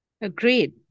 Agreed